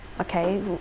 okay